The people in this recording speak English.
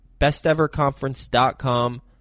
besteverconference.com